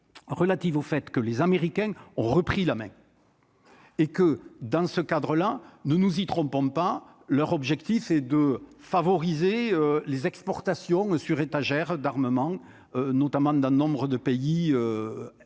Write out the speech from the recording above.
relative au fait que les Américains ont repris la main et que dans ce cadre-là, ne nous y trompons pas, leur objectif est de favoriser les exportations sur étagère d'armement notamment dans nombre de pays européens